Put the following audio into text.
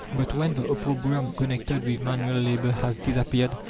but when the opprobrium connected with manual labor has disappeared,